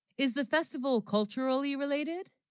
is the festival culturally related